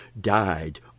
died